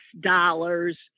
dollars